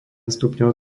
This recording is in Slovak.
stupňov